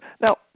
Now